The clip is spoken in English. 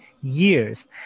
years